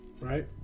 right